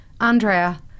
Andrea